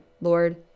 Lord